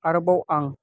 आरोबाव आं